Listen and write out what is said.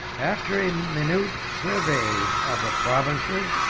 after a minute survey of the provinces,